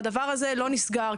והדבר הזה לא נסגר,